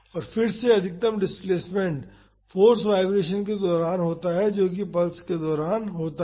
और फिर से अधिकतम डिस्प्लेस्मेंट फाॅर्स वाईब्रेशन के दौरान होता है जो कि पल्स के दौरान होता है